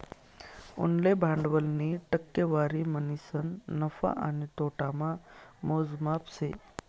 उनले भांडवलनी टक्केवारी म्हणीसन नफा आणि नोटामा मोजमाप शे